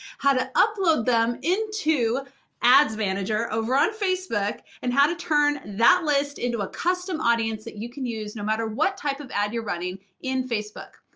how to upload them into ads manager over on facebook, and how to turn that list into a custom audience that you can use no matter what type of ad you're running in facebook.